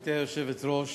גברתי היושבת-ראש,